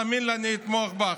תאמיני לי, אני אתמוך בך.